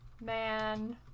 Man